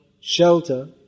shelter